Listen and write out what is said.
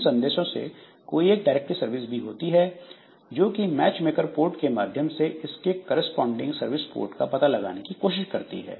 इन संदेशों से कोई एक डायरेक्टरी सर्विस भी होती है जोकि मैचमेकर पोर्ट के माध्यम से इसके करेस्पॉनडिंग सर्विस पोर्ट का पता लगाने की कोशिश करती है